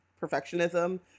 perfectionism